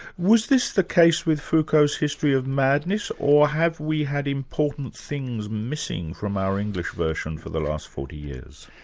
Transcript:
was this the case with foucault's history of madness, or have we had important things missing from our english version for the last forty years?